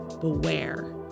beware